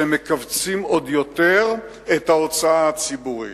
שמכווצים עוד יותר את ההוצאה הציבורית.